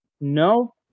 No